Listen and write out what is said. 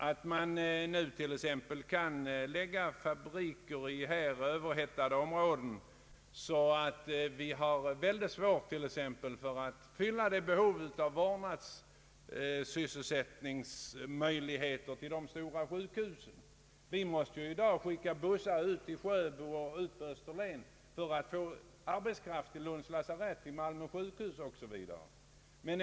Här har man nu lagt fabriker inom redan överhettade områden som gör att vi har mycket svårt att fylla behovet av vårdpersonal på de stora sjukhusen. Vi måste i dag skicka bussar till Sjöbo och Österlen för att få arbetskraft till Lunds lasarett, till sjukhuset i Malmö etc.